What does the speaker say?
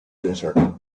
desert